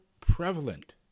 prevalent